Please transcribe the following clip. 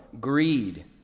greed